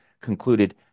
concluded